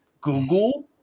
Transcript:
Google